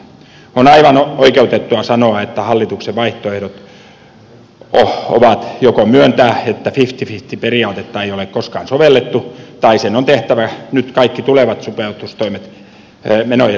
on aivan oikeutettua sanoa että hallituksen vaihtoehdot ovat joko myöntää että fifty fifty periaatetta ei ole koskaan sovellettu tai sen on tehtävä nyt kaikki tulevat sopeutustoimet menojen leikkauksina